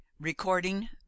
Recording